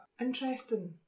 Interesting